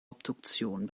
obduktion